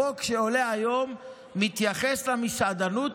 החוק שעולה היום מתייחס למסעדנות,